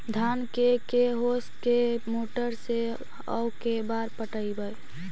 धान के के होंस के मोटर से औ के बार पटइबै?